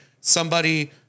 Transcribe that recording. somebody-